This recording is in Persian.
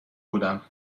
بودم